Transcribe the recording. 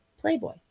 Playboy